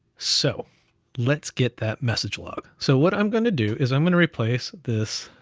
so let's get that message log. so what i'm gonna do is i'm gonna replace this.